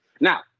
now